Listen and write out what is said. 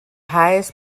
highest